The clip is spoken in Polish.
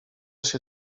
się